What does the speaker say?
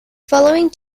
following